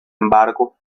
embargo